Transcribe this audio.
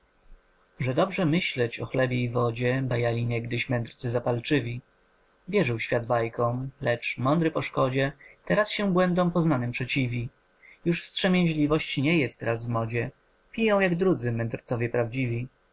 że dobrze myślić o chlebie i wodzie bajali niegdyś mędrcy zapalczywi wierzył świat bajkom lecz mądry po szkodzie teraz się błędom poznanym przeciwi już wstrzemięzliwość nie jest teraz w modzie piją jak drudzy mędrcowie prawdziwi